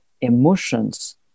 emotions